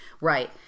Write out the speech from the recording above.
right